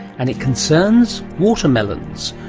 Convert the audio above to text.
and it concerns watermelons,